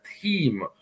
team